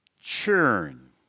churn